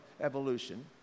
evolution